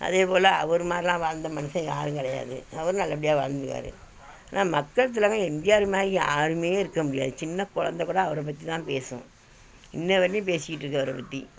அதே போல் அவர் மாதிரிலாம் வாழ்ந்த மனுஷன் யாரும் கிடையாது அவரும் நல்லபடியாக வாழ்ந்திருக்காரு ஆனால் மக்கள் திலகம் எம் ஜி ஆர் மாதிரி யாரும் இருக்க முடியாது சின்ன கொழந்தை கூட அவரை பற்றி தான் பேசும் இன்றைய வரையிலும் பேசிகிட்டு இருக்குது அவரை பற்றி